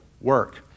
work